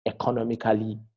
economically